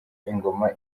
ingoma